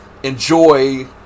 enjoy